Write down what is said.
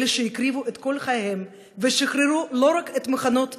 אלה שהקריבו את חייהם ושחררו לא רק את מחנות ההשמדה,